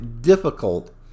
difficult